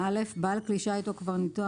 בעל כלי שיט או קברניטו,